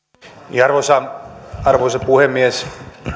arvoisa arvoisa puhemies